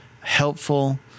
helpful